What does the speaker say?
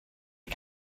you